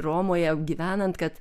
romoje gyvenant kad